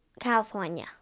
California